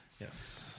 Yes